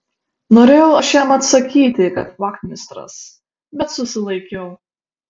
norėjau aš jam atsakyti kad vachmistras bet susilaikiau